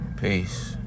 peace